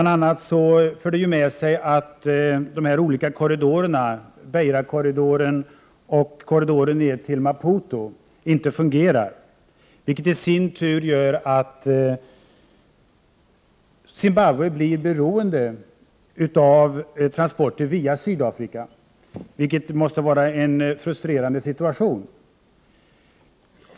Detta för bl.a. med sig att Beirakorridoren och korridoren ner till Maputo inte fungerar, vilket i sin tur gör att Zimbabwe blir beroende av transporter via Sydafrika. Detta måste vara en frustrerande situation.